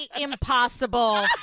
impossible